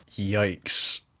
Yikes